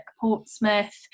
Portsmouth